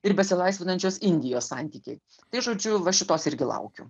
ir besilaisvinančios indijos santykiai tai žodžiu va šitos irgi laukiu